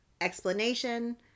explanation